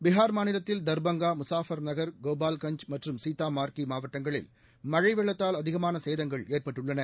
பீகார் மாநிலத்தில் தர்பங்கா முசாபர்நகர் கோபால்கஞ்ச் மற்றும் சீதாமார்கி மாவட்டங்களில் மழை வெள்ளத்தால் அதிகமான சேதங்கள் ஏற்பட்டுள்ளன